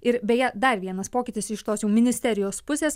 ir beje dar vienas pokytis iš tos jau ministerijos pusės